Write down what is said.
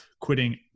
quitting